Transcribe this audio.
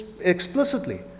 explicitly